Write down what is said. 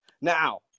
now